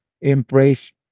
embrace